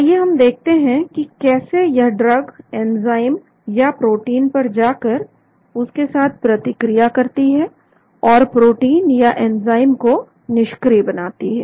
आइए देखते हैं कि कैसे यह ड्रग एंजाइम या प्रोटीन पर जाकर उसके साथ प्रतिक्रिया करती है और प्रोटीन या एंजाइम को निष्क्रिय बनाती है